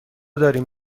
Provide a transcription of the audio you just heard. داریم